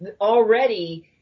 already